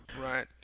Right